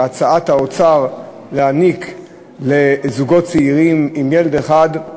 הצעת האוצר להעניק אותו לזוגות צעירים עם ילד אחד,